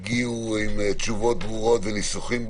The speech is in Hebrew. לא הגיעו עם תשובות ברורות וניסוחים ברורים.